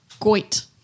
goit